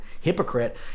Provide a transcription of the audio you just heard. hypocrite